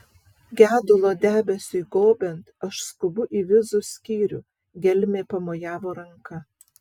gedulo debesiui gobiant aš skubu į vizų skyrių gelmė pamojavo ranka